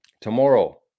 Tomorrow